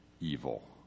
evil